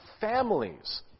families